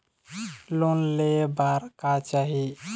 Loan ले बार का चाही?